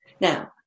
Now